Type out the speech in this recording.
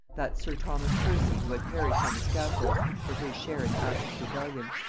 that sir thomas percy who had perished on the scaffold for his share in aske's rebellion.